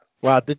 Wow